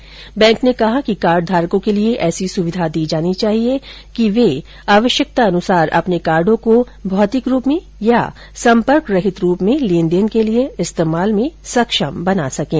reserve Bank ने कहा है कि कार्डधारकों के लिए ऐसी सुविधा दी जानी चाहिए कि वे आवश्यकता अनुसार अपने कार्डो को भौतिक रूप में या सम्पर्क रहित रूप में लेनदेन के लिए इस्तेमाल में सक्षम बना सकें